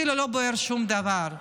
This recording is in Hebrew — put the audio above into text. כאילו לא בוער שום דבר.